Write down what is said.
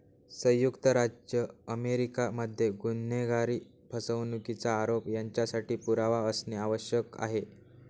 संयुक्त राज्य अमेरिका मध्ये गुन्हेगारी, फसवणुकीचा आरोप यांच्यासाठी पुरावा असणे आवश्यक आहे